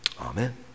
Amen